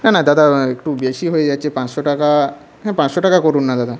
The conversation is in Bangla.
না না দাদা একটু বেশি হয়ে যাচ্ছে পাঁচশো টাকা হ্যাঁ পাঁচশো টাকা করুন না দাদা